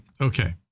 Okay